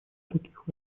таких